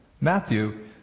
Matthew